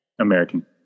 American